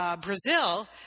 Brazil